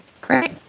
Great